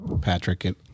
Patrick